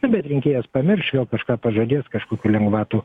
nu bet rinkėjas pamirš vėl kažką pažadės kažkokių lengvatų